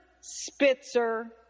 Spitzer